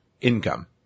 income